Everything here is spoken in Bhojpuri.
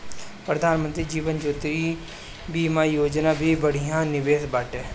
प्रधानमंत्री जीवन ज्योति बीमा योजना भी बढ़िया निवेश बाटे